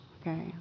okay